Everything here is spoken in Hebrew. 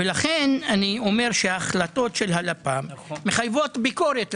לכן החלטות הלפ"ם מחייבות ביקורת.